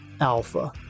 alpha